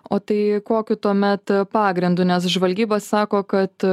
o tai kokiu tuomet pagrindu nes žvalgyba sako kad